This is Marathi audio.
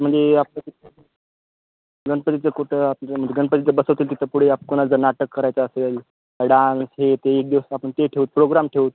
म्हणजे आपलं गणपतीचं कुठं आप म्हणजे गणपतीचं बसवतील तिथं पुढे आप कोणाचं जर नाटक करायचं असेल डान्स हे ते एक दिवस आपण ते ठेवूत प्रोग्राम ठेवूत